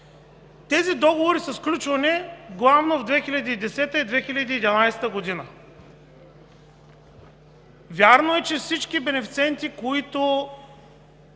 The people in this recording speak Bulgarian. Тези договори са сключвани главно в 2010 и 2011 г. Вярно е, че всички бенефициенти –